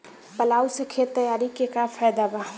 Plough से खेत तैयारी के का फायदा बा?